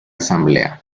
asamblea